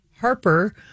Harper